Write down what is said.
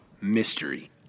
mystery